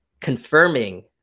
confirming